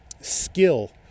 skill